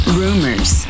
rumors